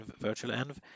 virtualenv